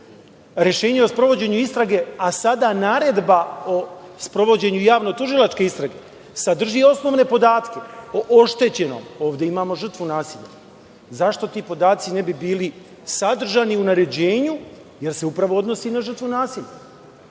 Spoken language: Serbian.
rešenje o sprovođenju istrage, a sada naredba o sprovođenju javno-tužilačke istrage sadrži osnovne podatke o oštećenom, ovde imamo žrtvu nasilja, zašto ti podaci ne bi bili sadržani u naređenju, jer se upravo odnosi na žrtvu nasilja?